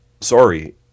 Sorry